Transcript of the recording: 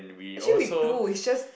actually we do it's just